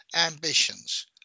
ambitions